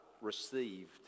received